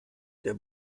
der